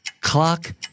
Clock